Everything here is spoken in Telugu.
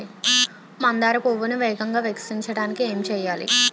మందార పువ్వును వేగంగా వికసించడానికి ఏం చేయాలి?